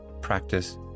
practice